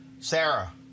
Sarah